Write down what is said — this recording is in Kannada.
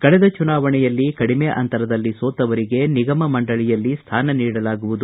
ಕಳೆದ ಚುನಾವಣೆಯಲ್ಲಿ ಕಡಿಮೆ ಅಂತರದಲ್ಲಿ ಸೋತವರಿಗೆ ನಿಗಮ ಮಂಡಳಿಯಲ್ಲಿ ಸ್ಮಾನ ನೀಡಲಾಗುವುದು